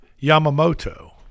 Yamamoto